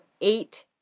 eight